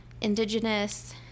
indigenous